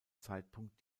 zeitpunkt